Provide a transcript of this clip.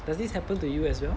does this happen to you as well